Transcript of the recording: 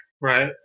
Right